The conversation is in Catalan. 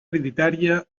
hereditària